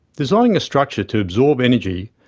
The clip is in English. designing a structure to absorb energy,